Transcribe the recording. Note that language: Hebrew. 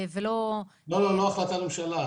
לא, לא החלטת הממשלה.